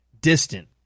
distant